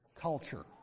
culture